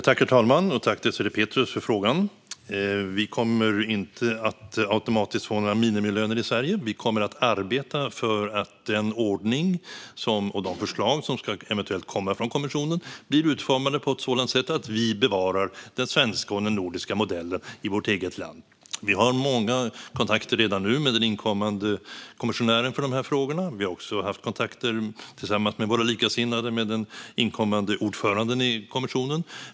Herr talman! Tack, Désirée Pethrus, för frågan! Vi kommer inte att automatiskt få några minimilöner i Sverige. Vi kommer att arbeta för att den ordning och de förslag som eventuellt ska komma från kommissionen blir utformade på ett sådant sätt att vi bevarar den svenska och den nordiska modellen i vårt eget land. Vi har många kontakter redan nu med den inkommande kommissionären för dessa frågor. Vi har också haft kontakter tillsammans med våra likasinnade med den inkommande ordföranden i kommissionen.